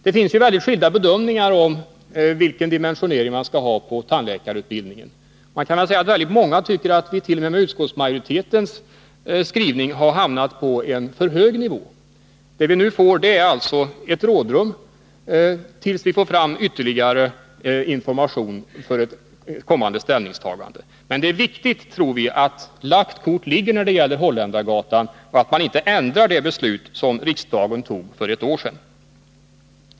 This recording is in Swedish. Det finns väldigt skilda bedömningar av vilken dimensionering man skall ha på tandläkarutbildningen. Många tycker att vi t.o.m. med utskottsmajoritetens skrivning har hamnat på en för hög nivå. Det vi nu får är alltså ett rådrum tills vi får fram ytterligare information för ett kommande ställningstagande. Men det är viktigt, menar vi, att lagt kort ligger när det gäller Holländargatan och att man inte ändrar det beslut som riksdagen tog för ett år sedan.